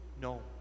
No